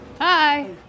Hi